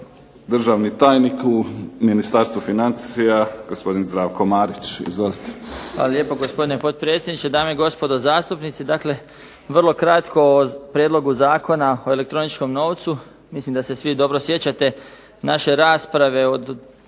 Državni tajnik u Ministarstvu financija gospodin Zdravko Marić. Izvolite. **Marić, Zdravko** Hvala lijepo gospodine potpredsjedniče, dame i gospodo zastupnici. Dakle, vrlo kratko o Prijedlogu zakona o elektroničkom novcu. Mislim da se svi dobro sjećate naše rasprave od